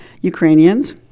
Ukrainians